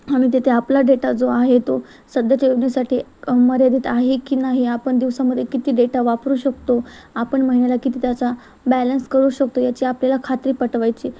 आणि तिथे आपला डेटा जो आहे तो सध्याच्या योजनेसाठी मर्यादित आहे की नाही आपण दिवसामध्ये किती डेटा वापरू शकतो आपण महिन्याला किती त्याचा बॅलन्स करू शकतो याची आपल्याला खात्री पटवायची